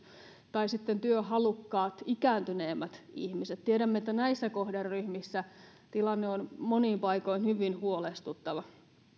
tai sitten työhalukkaat ikääntyneemmät ihmiset tiedämme että näissä kohderyhmissä tilanne on monin paikoin hyvin huolestuttava